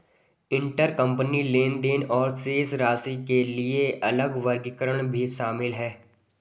intercompany लेनदेन और शेष राशि के लिए अलग वर्गीकरण भी शामिल हैं